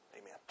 Amen